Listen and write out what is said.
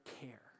care